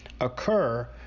occur